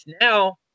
now